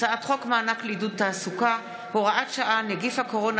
צוות נוסף הוא הצוות המייעץ למדיניות איתור וניטור נגיף הקורונה.